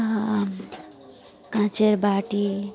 কাঁচের বাটি